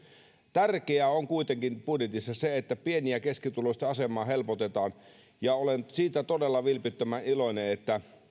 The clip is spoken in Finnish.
tärkeää on budjetissa kuitenkin se että pieni ja keskituloisten asemaa helpotetaan olen siitä todella vilpittömän iloinen että